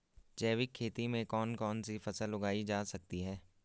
जैविक खेती में कौन कौन सी फसल उगाई जा सकती है?